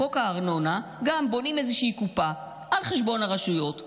בחוק הארנונה גם בונים איזושהי קופה על חשבון הרשויות,